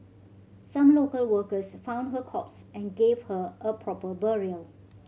some local workers found her corpse and gave her a proper burial